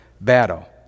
battle